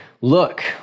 Look